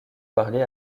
parlé